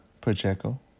Pacheco